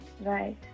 right